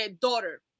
daughter